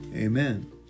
Amen